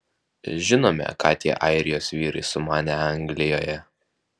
žinome ką tie airijos vyrai sumanė anglijoje